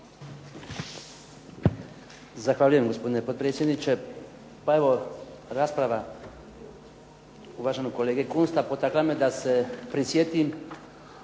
Zahvaljujem gospodine potpredsjedniče. Pa evo rasprava uvaženog kolege Kunsta potaklo me da se prisjetim